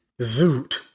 Zoot